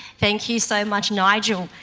thank you, so much nigel.